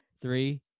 three